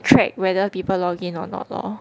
track whether people login or not lor